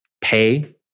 pay